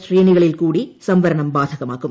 ശ്രേണികളിൽകൂടി സംവരണം ബാധകമാക്കും